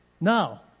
Now